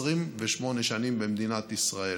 28 שנים במדינת ישראל.